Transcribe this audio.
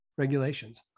Regulations